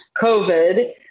COVID